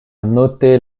noter